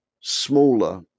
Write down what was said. smaller